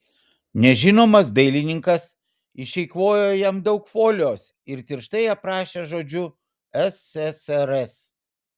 nežinomas dailininkas išeikvojo jam daug folijos ir tirštai aprašė žodžiu ssrs